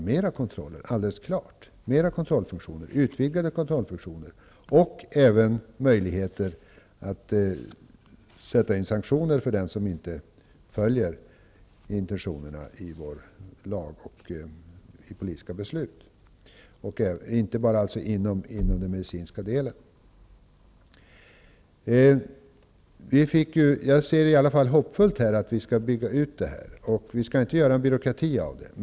Det kommer att krävas utvidgade kontrollfunktioner och även möjligheter att sätta in sanktioner mot den som inte följer intentionerna i våra lagar och politiska beslut, inte bara inom den medicinska delen. Jag ser hoppfullt på att vi skall bygga ut detta. Vi skall inte göra byråkrati av det.